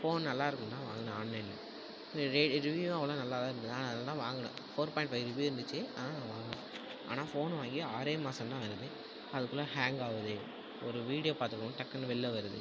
phone நல்லா இருக்குன்னு தான் வாங்கினேன் ஆன்லைனில் ரே ரே ரிவ்யூவும் அவளவாக நல்லா தான் இருந்துது நான் அதனால தான் வாங்கினேன் ஃபோர் பாயிண்ட் ஃபைவ் ரிவ்யூ இருந்துச்சு ஆனால் ஆனால் ஃபோன் வாங்கி ஆறே மாதந்தான் ஆகுது அதுக்குள்ளே ஹேங் ஆகுது ஒரு வீடியோ பார்த்ததும் டக்குன்னு வெளில வருது